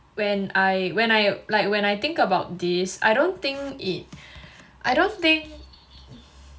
when I when I like when I think about this I don't think it I don't think